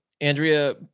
Andrea